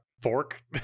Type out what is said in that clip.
fork